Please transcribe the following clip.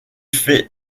fait